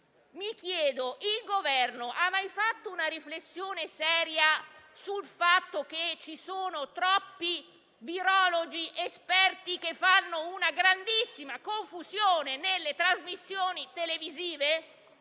il Governo abbia mai fatto una riflessione seria sul fatto che ci sono troppi virologi esperti che fanno una grandissima confusione nelle trasmissioni televisive,